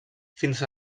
fins